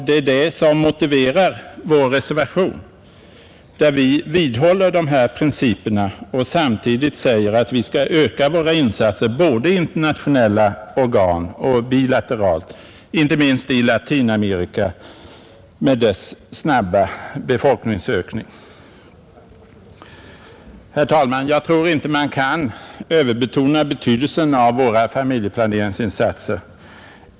Det är detta som motiverar vår reservation, i vilken vi vidhåller principerna och samtidigt säger att vi skall öka våra insatser både bilateralt och i internationella organ, inte minst i Latinamerika med dess snabba befolkningsökning. Herr talman! Jag tror inte att man kan överbetona betydelsen av våra familjeplaneringsinsatser.